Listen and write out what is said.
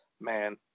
man